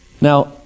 Now